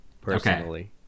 personally